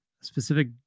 specific